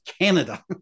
Canada